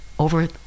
over